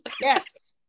Yes